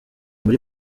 muri